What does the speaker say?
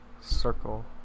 Circle